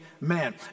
man